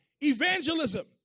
evangelism